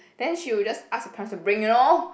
then she will just ask her parents to bring you know